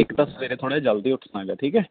ਇੱਕ ਤਾਂ ਸਵੇਰੇ ਥੋੜਾ ਜਿਹਾ ਜਲਦੀ ਉੱਠਣਾ ਗਾ ਠੀਕ ਐ